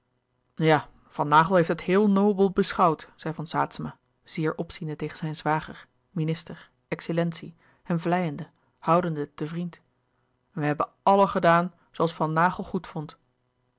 ja van naghel heeft het heel nobel beschouwd zei van saetzema zeer opziende tegen zijn zwager minister excellentie hem vleiende houdende te vriend en we hebben allen gedaan zooals van naghel goed vond